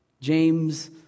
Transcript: James